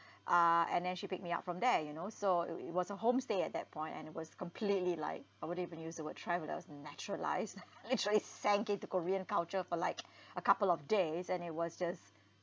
uh and then she pick me up from there you know so it w~ it was a homestay at that point and it was completely like I wouldn't even use the word travellers naturalised literally s~ sank into korean culture for like a couple of days and it was just